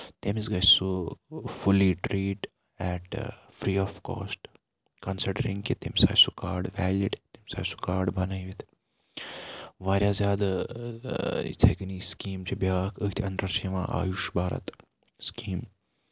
تٔمِس گژھِ سُہ fully treat at free of cost considering کہِ تٔمِس آسہِ سُہ کارڈ ویلِڈ تٔمِس آسہِ سُہ کارڈ بَنٲوِتھ واریاہ زیادٕ یِتھے کَنی یہِ سِکیٖم چھےٚ بیاکھ أتھۍ اَنڈر چھِ یِوان آیُش بارتھ سِکیٖم